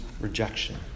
rejection